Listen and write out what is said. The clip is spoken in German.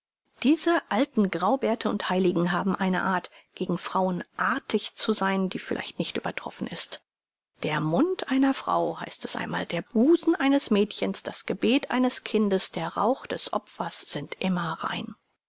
diese alten graubärte und heiligen haben eine art gegen frauen artig zu sein die vielleicht nicht übertroffen ist der mund einer frau heißt es einmal der busen eines mädchens das gebet eines kindes der rauch des opfers sind immer rein